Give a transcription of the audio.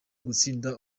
gutsinda